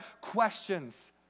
questions